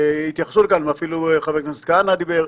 והתייחסו לזה כאן, אפילו חבר הכנסת כהנא דיבר.